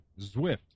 Zwift